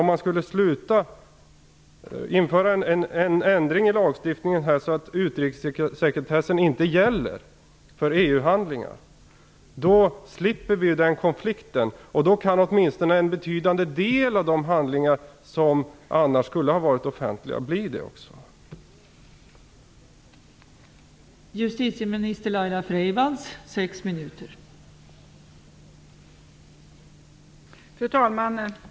Om man inför en ändring i lagstiftningen så att utrikessekretessen inte gäller för EU-handlingar slipper vi den konflikten. Då kan åtminstone en betydande del av de handlingar som annars skulle ha varit offentliga också fortsätta att vara det.